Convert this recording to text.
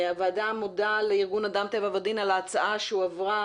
הוועדה מודה לארגון אדם טבע ודין על ההצעה שהועברה,